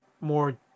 more